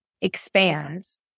expands